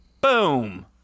Boom